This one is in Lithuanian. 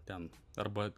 ten arba